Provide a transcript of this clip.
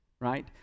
right